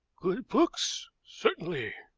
good books! certainly.